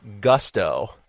gusto